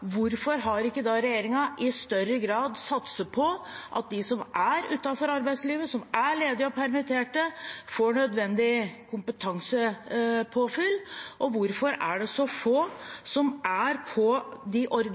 hvorfor har ikke da regjeringen i større grad satset på at de som er utenfor arbeidslivet, som er ledige og permittert, får nødvendig kompetansepåfyll? Og hvorfor er det så få som er på de